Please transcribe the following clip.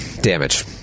Damage